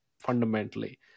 fundamentally